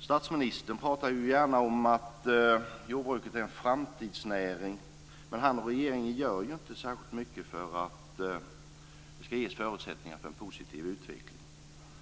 Statsministern talar gärna om att jordbruket är en framtidsnäring. Men han och regeringen gör inte särskilt mycket för att det ska ges förutsättningar för en positiv utveckling.